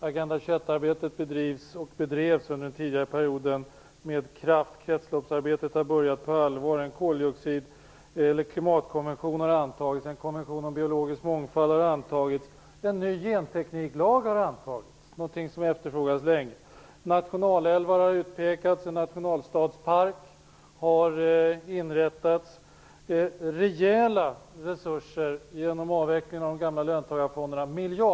Agenda 21-arbetet bedrivs, och bedrevs under den tidigare perioden, med kraft. Kretsloppsarbetet har börjat på allvar. En klimatkonvention har antagits och likaså en konvention om biologisk mångfald. En ny gentekniklag har antagits - någonting som har efterfrågats länge. Nationalälvar har utsetts och en nationalstadspark har inrättats. Rejäla resurser har avsatts till miljöstrategisk forskning genom avveckling av de gamla löntagarfonerna.